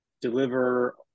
deliver